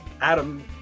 Adam